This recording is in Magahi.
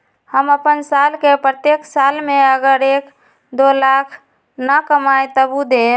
हम अपन साल के प्रत्येक साल मे अगर एक, दो लाख न कमाये तवु देम?